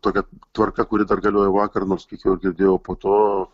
tokia tvarka kuri dar galiojo vakar nors kiek jau ir girdėjau po to